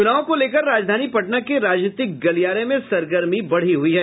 चुनाव को लेकर राजधानी पटना के राजनीतिक गलियारे में सरगर्मी बढ़ी हयी है